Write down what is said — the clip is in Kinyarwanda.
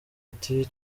ati